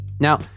Now